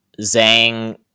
Zang